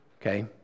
okay